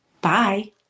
bye